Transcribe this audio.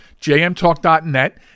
jmtalk.net